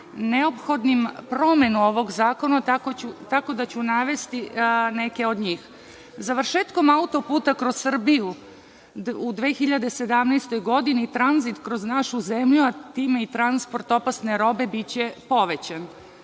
neophodnim promenu ovog zakona, tako da ću navesti neke od njih. Završetkom autoputa kroz Srbiju u 2017. godini, tranzit kroz našu zemlju, a time i transport opasne robe biće povećan.